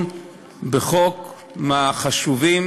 בחוק, מהחשובים